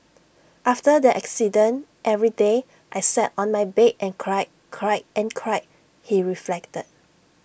after the accident every day I sat on my bed and cried cried and cried he reflected